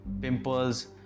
pimples